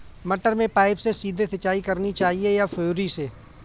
मटर में पाइप से सीधे सिंचाई करनी चाहिए या फुहरी से?